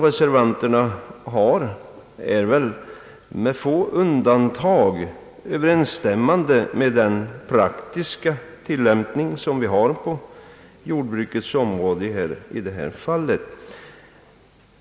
Reservanternas yrkande stämmer med få undantag överens med den praktiska tillämpningen på jordbrukets område av de aktuella bestämmelserna.